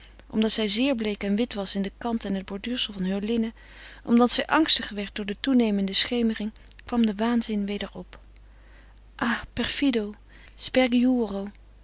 omdat zij zeer bleek en wit was in de kant en het borduursel van heur linnen omdat zij angstig werd voor de toenemende schemering kwam de waanzin weder op ah perfido